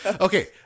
Okay